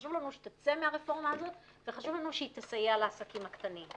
חשוב לנו שהיא תצא מהרפורמה הזאת וחשוב לנו שהיא תסייע לעסקים הקטנים.